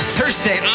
Thursday